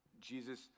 Jesus